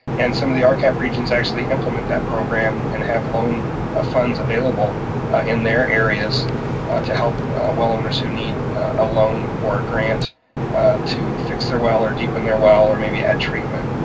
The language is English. and some of the rcap regions actually implement that program and have loan ah funds available in their areas to help well owners who need a loan or a grant to fix their well or deepen their well or maybe add treatment.